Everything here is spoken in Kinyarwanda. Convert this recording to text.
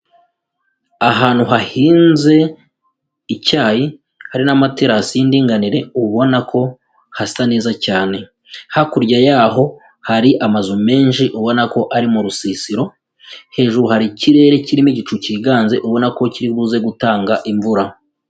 Ahantu hahinze icyayi hari n'amaterasi y'indinganire ubona ko hasa neza cyane, hakurya yaho hari amazu menshi ubona ko ari mu rusisiro, hejuru hari ikirere kirimo igicu cyiganze ubona ko kiri buze gutanga imvura.